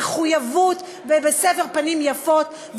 במחויבות ובסבר פנים יפות,